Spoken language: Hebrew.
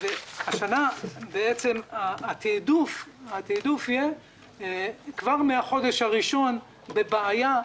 השנה התעדוף יהיה כבר מהחודש הראשון בבעיה.